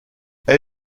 elle